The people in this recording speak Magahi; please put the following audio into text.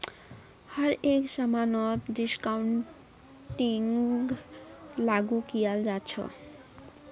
हर एक समानत डिस्काउंटिंगक लागू कियाल जा छ